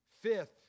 Fifth